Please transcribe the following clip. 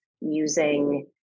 using